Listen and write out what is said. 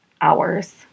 hours